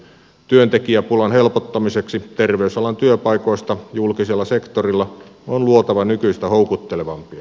työntekijäpulan helpottamiseksi terveysalan työpaikoista julkisella sektorilla on luotava nykyistä houkuttelevampia